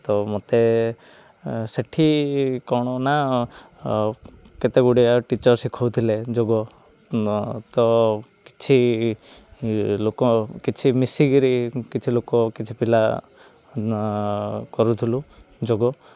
ତ ମୋତେ ସେଇଠି କ'ଣ ନା କେତେ ଗୁଡ଼ିଏ ଟିଚର ଶିଖଉଥିଲେ ଯୋଗ ତ କିଛି ଲୋକ କିଛି ମିଶିକିରି କିଛି ଲୋକ କିଛି ପିଲା କରୁଥିଲୁ ଯୋଗ